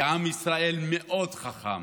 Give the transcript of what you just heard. כי עם ישראל מאוד חכם,